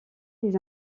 les